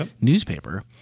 newspaper